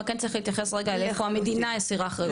אבל כן צריך להתייחס רגע לאיפה המדינה הסירה אחריות.